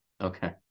Okay